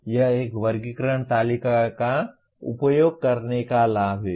यह एक वर्गीकरण तालिका का उपयोग करने का लाभ है